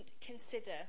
consider